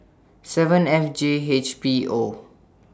seven F J H P O